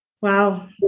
Wow